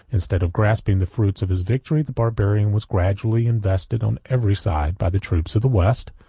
instead of grasping the fruit of his victory, the barbarian was gradually invested, on every side, by the troops of the west,